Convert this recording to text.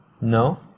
No